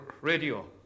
radio